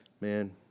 Man